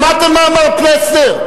שמעתם מה אמר פלסנר?